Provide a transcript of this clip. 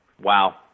Wow